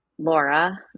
Laura